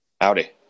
Howdy